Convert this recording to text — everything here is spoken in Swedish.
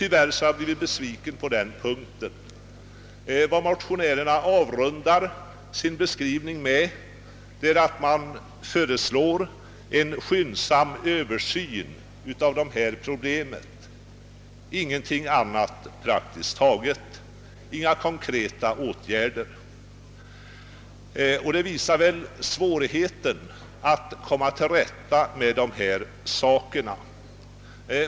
Tyvärr har jag blivit besviken på den punkten. Motionärerna avrundar sin framställning med att föreslå en skyndsam översyn av dessa problem men man föreslår inga konkreta åtgärder. Det visar väl svårigheten att komma till rätta med dessa ting.